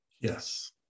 yes